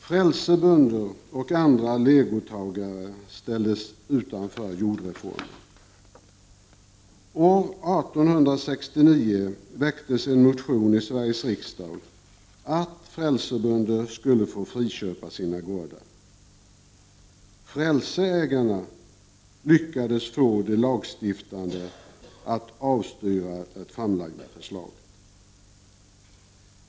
Frälsebönder och andra legotagare ställdes utanför jordreformen. År 1869 väcktes en motion i Sveriges riksdag om att frälsebönder skulle få friköpa sina gårdar. Frälseägarna lyckades få de lagstiftande att avstyra det framlagda förslaget.